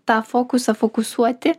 tą fokusą fokusuoti